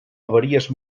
avaries